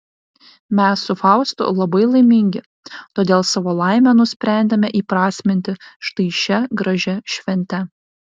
mes su faustu labai laimingi todėl savo laimę nusprendėme įprasminti štai šia gražia švente